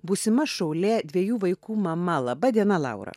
būsima šaulė dviejų vaikų mama laba diena laura